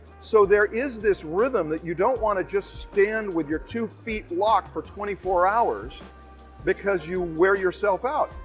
so there is this rhythm that you don't wanna just stand with your two feet locked for twenty four hours because you wear yourself out.